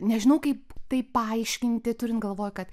nežinau kaip tai paaiškinti turint galvoj kad